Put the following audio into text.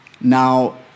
Now